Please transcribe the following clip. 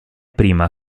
prima